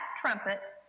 trumpet